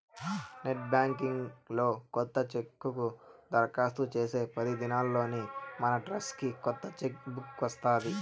net banking లో కొత్త chequebook దరకాస్తు చేస్తే పది దినాల్లోనే మనడ్రస్కి కొత్త చెక్ బుక్ వస్తాది